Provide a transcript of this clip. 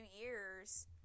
years